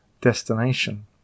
destination